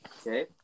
Okay